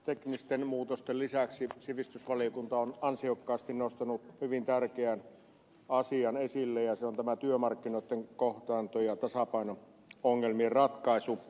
teknisten muutosten lisäksi sivistysvaliokunta on ansiokkaasti nostanut hyvin tärkeän asian esille ja se on tämä työmarkkinoitten kohtaanto ja tasapaino ongelmien ratkaisu